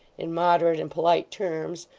in moderate and polite terms,